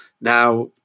now